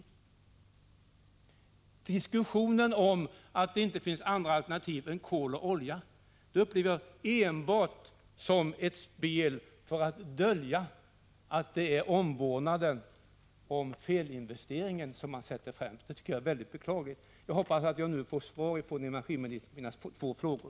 Diskussionen om att det inte finns andra alternativ än kol och olja upplever jag enbart som ett spel för att dölja att det är omvårdnaden om felinvesteringarna som man sätter främst. Det tycker jag är mycket beklagligt. Jag hoppas att jag nu får svar från energiministern på mina frågor.